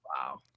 Wow